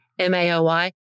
MAOI